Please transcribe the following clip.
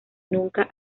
nunca